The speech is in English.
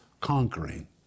conquering